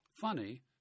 Funny